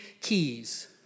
keys